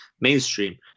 mainstream